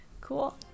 Cool